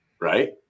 right